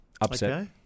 upset